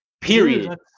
Period